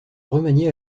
remaniée